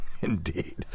indeed